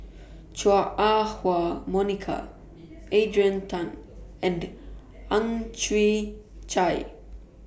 Chua Ah Huwa Monica Adrian Tan and Ang Chwee Chai